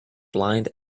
blind